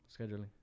scheduling